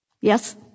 Yes